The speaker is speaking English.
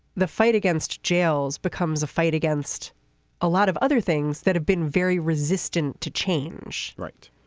the fight against jails becomes a fight against a lot of other things that have been very resistant to change right.